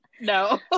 no